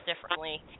differently